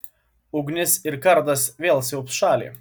ugnis ir kardas vėl siaubs šalį